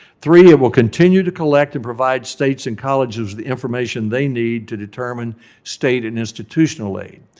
three, it will continue to collect and provide states and colleges the information they need to determine state and institutional aid.